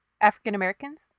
African-Americans